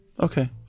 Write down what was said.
Okay